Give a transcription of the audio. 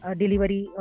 delivery